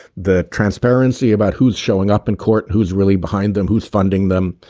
the transparency about who's showing up in court who's really behind them who's funding them.